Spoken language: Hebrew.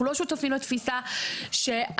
אנחנו לא שותפים לתפיסה שהזכות,